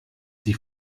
die